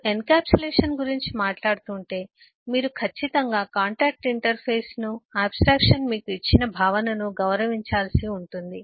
మీరు ఎన్క్యాప్సులేషన్ గురించి మాట్లాడుతుంటే మీరు ఖచ్చితంగా కాంట్రాక్టు ఇంటర్ఫేస్ ను ఆబ్స్ట్రాక్షన్ మీకు ఇచ్చిన భావనను గౌరవించాల్సి ఉంటుంది